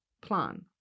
plan